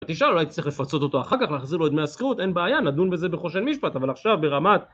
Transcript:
תשאל, אולי צריך לפצות אותו אחר כך, להחזיר לו את דמי השכירות, אין בעיה, נדון בזה בחושן משפט, אבל עכשיו ברמת...